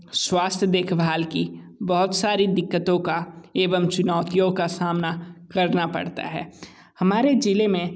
स्वास्थ्य देखभाल की बहुत सारी दिक्कतों का एवं चुनौतियाँ का सामना करना पड़ता है हमारे जिले में